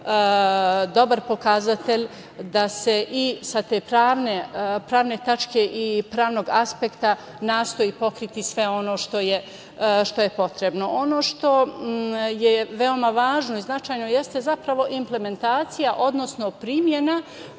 dobar pokazatelj da se i sa te pravne tačke i pravnog aspekta nastoji pokriti sve ono što je potrebno. Ono što je veoma važno i značajno jeste zapravo implementacija odnosno primena